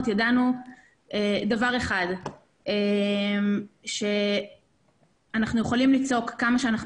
ידענו דבר אחד והוא שאנחנו יכולים לצעוק כמה שאנחנו